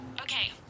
Okay